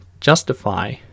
justify